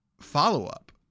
follow-up